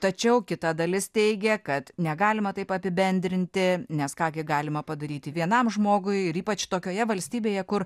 tačiau kita dalis teigia kad negalima taip apibendrinti nes ką gi galima padaryti vienam žmogui ir ypač tokioje valstybėje kur